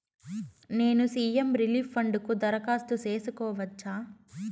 నేను CM relief fund కు దరఖాస్తు సేసుకోవచ్చా?